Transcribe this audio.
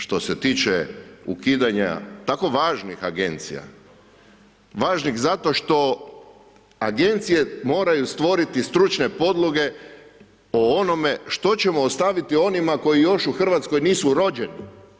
Što se tiče ukidanja tako važnih agencija, važnih zato što agencije moraju stvoriti stručne podloge o onome što ćemo ostaviti onima koji još u Hrvatskoj nisu rođeni.